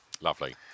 Lovely